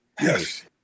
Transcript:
Yes